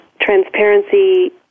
transparency